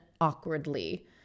awkwardly